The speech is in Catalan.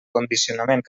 condicionament